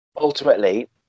ultimately